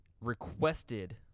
requested